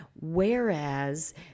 Whereas